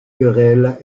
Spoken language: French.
querelle